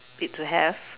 it to have